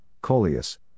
coleus